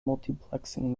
multiplexing